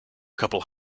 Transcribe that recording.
couple